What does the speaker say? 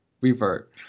revert